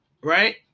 Right